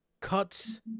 cuts